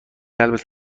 قلبت